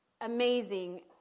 amazing